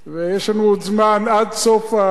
יש לנו עוד זמן עד סוף המושב,